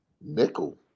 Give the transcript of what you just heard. Nickel